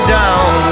down